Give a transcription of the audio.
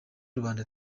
rubanda